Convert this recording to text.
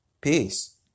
Peace